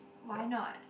why not